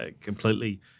completely